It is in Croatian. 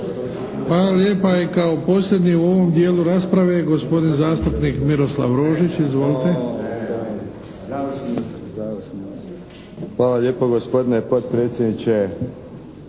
Hvala lijepa. I kao posljednji u ovom dijelu rasprave, gospodin zastupnik Miroslav Rožić. Izvolite. **Rožić, Miroslav (HSP)** Hvala lijepo. Gospodine potpredsjedniče,